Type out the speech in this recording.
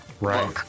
Right